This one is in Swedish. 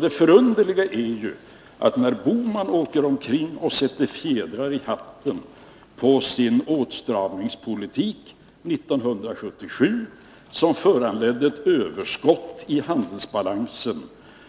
Det förunderliga är alltså, att när Gösta Bohman åker omkring och sätter fjädrar i hatten på sin åtstramningspolitik 1977, som föranledde ett överskott i handelsbalansen,